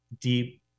deep